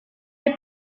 est